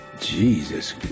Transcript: Jesus